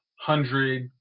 hundred